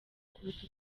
kuruta